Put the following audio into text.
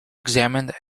examined